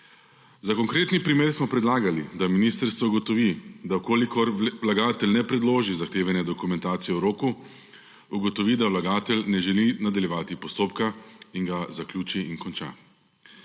Za konkreten primer smo predlagali, da ministrstvo ugotovi, da v kolikor vlagatelj ne predloži zahtevane dokumentacije v roku, ugotovi, da vlagatelj ne želi nadaljevati postopka in ga zaključi in konča.